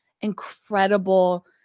incredible